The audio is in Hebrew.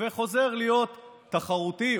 וחוזר להיות תחרותי,